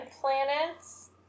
planets